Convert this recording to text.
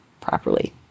properly